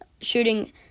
shooting